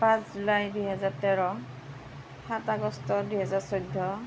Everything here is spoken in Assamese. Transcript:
পাঁচ জুলাই দুহেজাৰ তেৰ সাত আগষ্ট দুহেজাৰ চৈধ্য